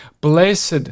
Blessed